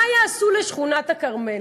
מה יעשו לשכונה מרכז-הכרמל?